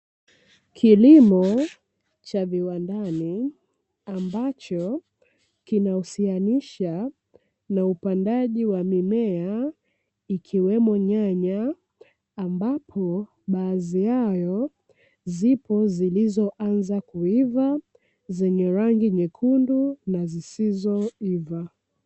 Kilimo cha viwandani ambacho kinahusianisha na upandaji wa mimea ikiwemo nyanya, ambapo baadhi yao zipo zilizoanza kuiva zenye rangi nyekundu na zisizoiva.